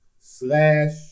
slash